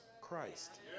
Christ